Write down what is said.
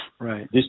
Right